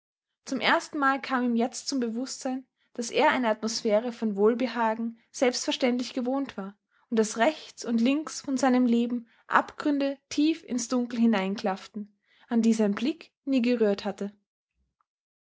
zum erstenmal kam ihm jetzt zum bewußtsein daß er eine atmosphäre von wohlbehagen selbstverständlich gewohnt war und daß rechts und links von seinem leben abgründe tief ins dunkel hineinklafften an die sein blick nie gerührt hatte